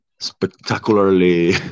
spectacularly